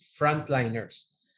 frontliners